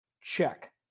Check